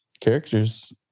characters